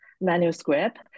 manuscript